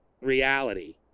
reality